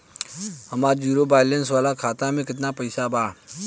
हमार zero balance वाला खाता में केतना पईसा बा?